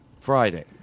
Friday